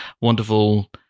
wonderful